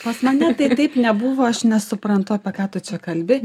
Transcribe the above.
pas mane taip nebuvo aš nesuprantu apie ką tu čia kalbi